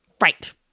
Right